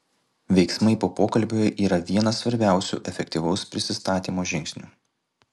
veiksmai po pokalbio yra vienas svarbiausių efektyvaus prisistatymo žingsnių